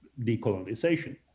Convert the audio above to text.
decolonization